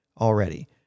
already